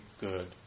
good